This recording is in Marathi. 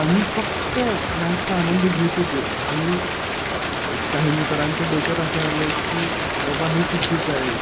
आम्ही फक्त मॅचचा आनंद घेत होतो आणि एक काही मित्रांच्या डोक्यात असं आलं आहे की बाबा हे चुकीचं आहे